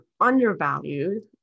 undervalued